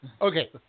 Okay